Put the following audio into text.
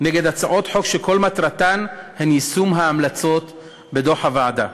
נגד הצעות חוק שכל מטרתן היא יישום ההמלצות שבדוח הוועדה.